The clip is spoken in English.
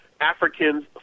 Africans